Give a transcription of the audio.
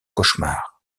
cauchemar